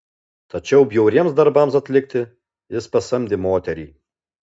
tačiau bjauriems darbams atlikti jis pasamdė moterį